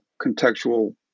contextual